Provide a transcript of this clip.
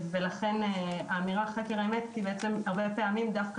ולכן האמירה חקר האמת היא הרבה פעמים דווקא